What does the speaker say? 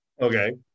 Okay